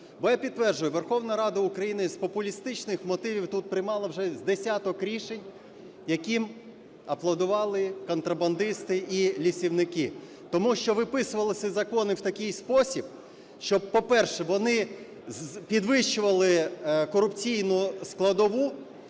Бо я підтверджую, Верховна Рада України з популістичних мотивів тут приймала вже з десяток рішень, яким аплодували контрабандисти і лісівники, тому що виписувалися закони в такий спосіб, щоб, по-перше, вони підвищували корупційну складову;